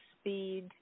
speed